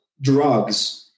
drugs